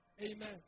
Amen